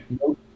No